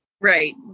right